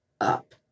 up